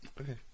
okay